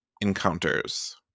encounters